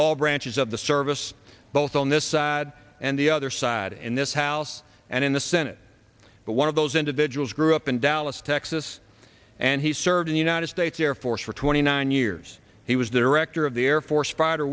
all branches of the service both on this side and the other side in this house and in the senate but one of those individuals grew up in dallas texas and he served in the united states air force for twenty nine years he was director of the air force